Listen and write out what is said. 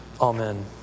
Amen